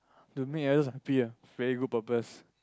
to make others happy ah very good purpose